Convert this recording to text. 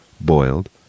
boiled